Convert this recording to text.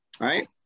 right